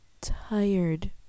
tired